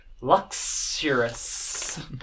luxurious